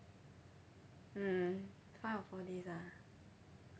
mm five or four days ah